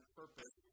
purpose